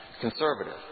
conservative